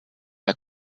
bei